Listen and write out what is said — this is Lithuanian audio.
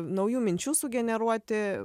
naujų minčių sugeneruoti